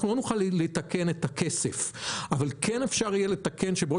אנחנו לא נוכל לתקן את הכסף אבל כן אפשר יהיה לתקן שבעוד